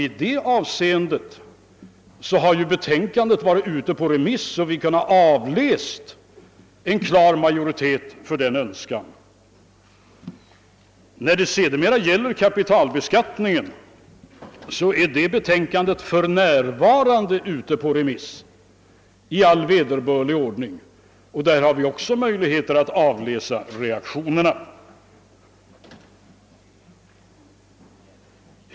I det avseendet har betänkandet varit ute på remiss, och vi har kunnat avläsa en klar majoritet för denna ändring. Vad kapitalbeskattningen beträffar är det betänkandet för närvarande ute på remiss i vederbörlig ordning, och även där har vi möjligheter att avläsa reaktionerna.